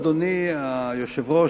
אדוני היושב-ראש,